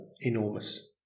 enormous